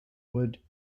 would